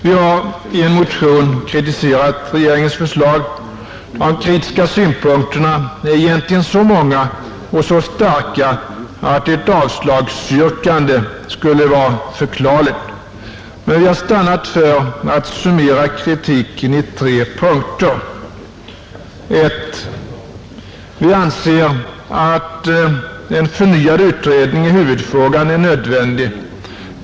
Vi har i en motion kritiserat regeringens förslag. De kritiska synpunkterna är egentligen så många och så starka att ett avslagsyrkande skulle vara förklarligt. Men vi har stannat för att summera kritiken i tre punkter. 1. Vi anser att en förnyad utredning i huvudfrågan är nödvändig.